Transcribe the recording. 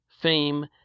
fame